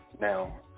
Now